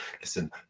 Listen